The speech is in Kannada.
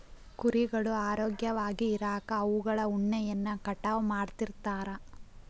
ಕುರಿಗಳು ಆರೋಗ್ಯವಾಗಿ ಇರಾಕ ಅವುಗಳ ಉಣ್ಣೆಯನ್ನ ಕಟಾವ್ ಮಾಡ್ತಿರ್ತಾರ